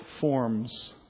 forms